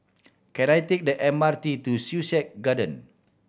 can I take the M R T to Sussex Garden